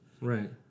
Right